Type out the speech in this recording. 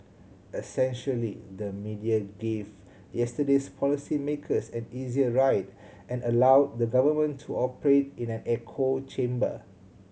essentially the media gave yesterday's policy makers an easier ride and allowed the government to operate in an echo chamber